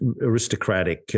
aristocratic